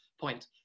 point